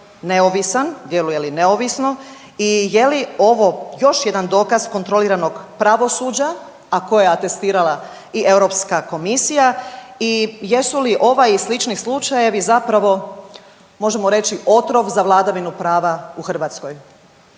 neovisan, djeluje li neovisno i je li ovo još jedan dokaz kontroliranog pravosuđa, a koje je atestirala i Europske komisija i jesu li ovaj i slični slučajevi zapravo možemo reći otrov za vladavinu prava u Hrvatskoj?